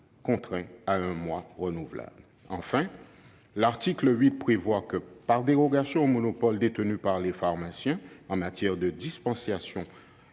le temps à un mois renouvelable. Enfin, l'article 8 prévoit que, par dérogation au monopole détenu par les pharmaciens en matière de dispensation